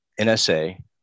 NSA